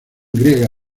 griega